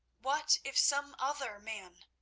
what if some other man?